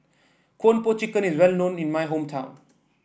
Kung Po Chicken is well known in my hometown